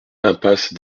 impasse